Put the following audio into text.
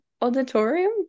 auditorium